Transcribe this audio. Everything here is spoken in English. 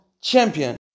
Champion